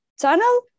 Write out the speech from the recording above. tunnel